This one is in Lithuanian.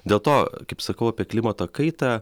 dėl to kaip sakau apie klimato kaitą